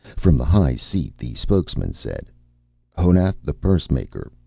from the high seat, the spokesman said honath the pursemaker,